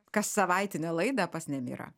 kassavaitinę laidą pas nemirą